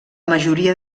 majoria